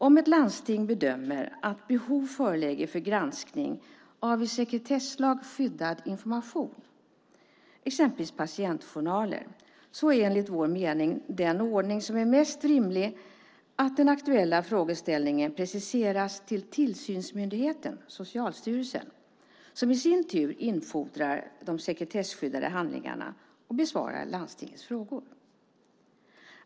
Om ett landsting bedömer att behov föreligger för granskning av i sekretesslag skyddad information, exempelvis patientjournaler, är enligt vår mening den ordning som är mest rimlig att den aktuella frågeställningen preciseras till tillsynsmyndigheten, Socialstyrelsen, som i sin tur infordrar de sekretesskyddade handlingarna och besvarar landstingets frågor.